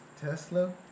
Tesla